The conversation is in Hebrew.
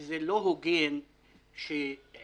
שזה לא הוגן שעיתונות